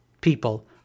people